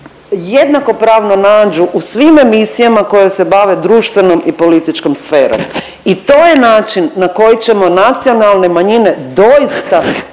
jednakopravno nađu u svim emisijama koje se bave društvenom i političkom sferom i to je način na koji ćemo nacionalne manjine doista